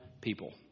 people